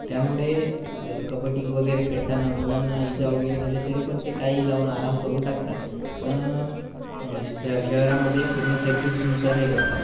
त्यामुळे कबड्डी वगैरे खेळताना मुलांना इजा वगैरे झाले तरी पण ते काही लावून आराम करून टाकतात पण स्य शहरामध्ये पूर्ण सेफ्टीनुसार हे करतात